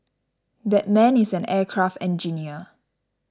that man is an aircraft engineer